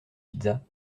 pizzas